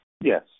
Yes